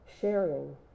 sharing